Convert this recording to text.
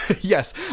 Yes